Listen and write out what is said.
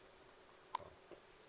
okay